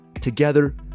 Together